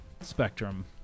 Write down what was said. spectrum